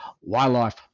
Wildlife